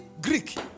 Greek